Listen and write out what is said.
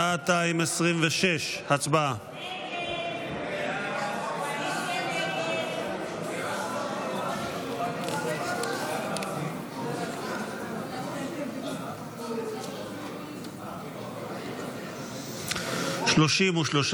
הסתייגות 226. הצבעה.